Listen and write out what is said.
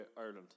Ireland